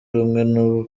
rumwe